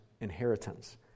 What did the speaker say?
inheritance